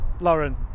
Lauren